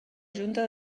junta